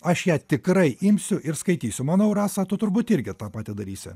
aš ją tikrai imsiu ir skaitysiu manau rasa tu turbūt irgi tą patį darysi